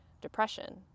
depression